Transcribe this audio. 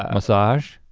massage?